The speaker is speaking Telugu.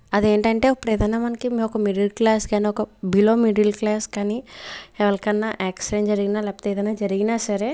అదేంటంటే ఇప్పుడు ఏదన్న మనకి ఒక మిడిల్ క్లాస్కి అయిన ఒక బిలో మిడిల్ క్లాస్కి అని ఎవరికన్నా యాక్సిడెంట్ జరిగిన లేకపోతే ఏదన్న జరిగినా సరే